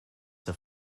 have